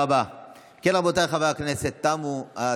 רבותיי חברי הכנסת: 20